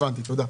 הבנתי, תודה.